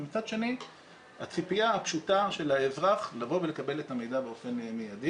ומצד שני הציפייה הפשוטה של האזרח לקבל את המידע באופן מיידי.